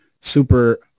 super